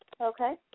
Okay